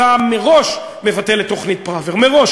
אתה מראש מבטל את תוכנית פראוור, מראש.